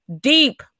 deep